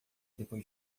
depois